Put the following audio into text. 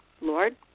Lord